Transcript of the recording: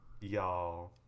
y'all